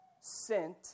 sent